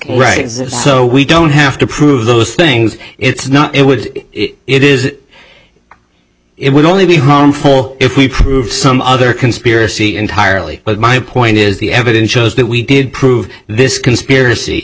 s so we don't have to prove those things it's not it would it is it would only be harmful if we prove some other conspiracy entirely but my point is the evidence shows that we did prove this conspiracy